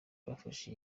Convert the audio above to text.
bafashe